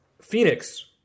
Phoenix